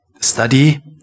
study